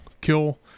kill